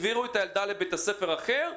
העבירו את הילדה לבית ספר אחר,